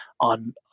on